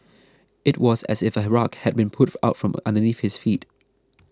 it was as if a rug had been pulled out from underneath his feet